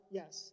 yes